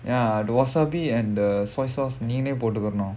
ya the wasabi and the soy sauce நீயே போட்டுடனும்:neeyae pottudanum